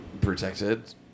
protected